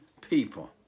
people